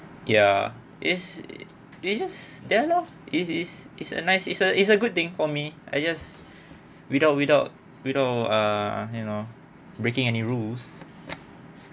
ya is is just there lor is is is a nice is a is a good thing for me I just without without without oh uh you know breaking any rules